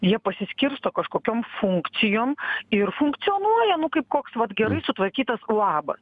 jie pasiskirsto kažkokiom funkcijom ir funkcionuoja nu kaip koks vat gerai sutvarkytas uabas